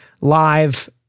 live